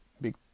big